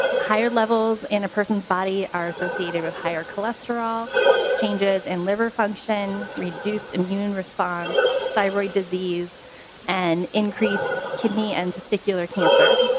higher levels the person's body our associate and with higher cholesterol changes in liver function reduced immune response thyroid disease and increased kidney and testicular cancer.